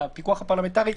הפיקוח הפרלמנטרי,